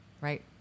right